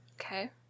Okay